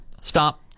Stop